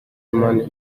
money